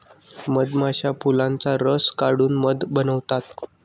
मधमाश्या फुलांचा रस काढून मध बनवतात